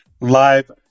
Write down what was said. live